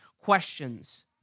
questions